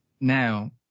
now